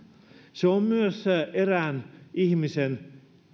se on myös erään ihmisen